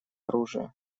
оружия